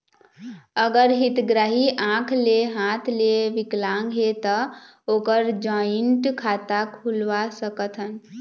अगर हितग्राही आंख ले हाथ ले विकलांग हे ता ओकर जॉइंट खाता खुलवा सकथन?